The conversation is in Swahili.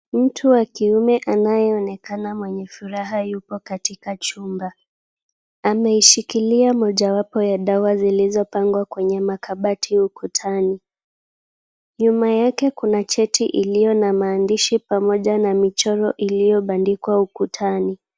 Mtu wa kiume anayeonekana mwenye furaha yuko katika chumba. Ameishikilia mojawapo ya dawa zilizopangwa kwenye makabati ukutani. Nyuma yake kuna cheti iliyo na maandishi pamoja na michoro iliyobandikwa ukutani.